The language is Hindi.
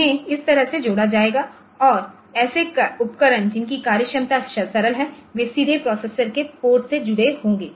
उन्हें इस तरह से जोड़ा जाएगा और ऐसे उपकरण जिनकी कार्यक्षमता सरल है वे सीधे प्रोसेसर के पोर्ट से जुड़े होंगे